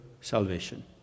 salvation